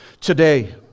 today